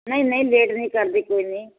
ਨਹੀਂ ਨਹੀਂ ਲੇਟ ਨਹੀਂ ਕਰਦੀ ਕੋਈ ਨਹੀਂ